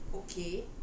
okay